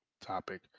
topic